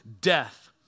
death